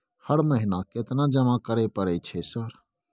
हर महीना केतना जमा करे परय छै सर?